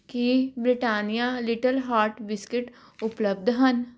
ਕੀ Britannia Little Heart biscuit ਉਪਲਬਧ ਹਨ